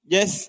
Yes